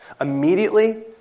Immediately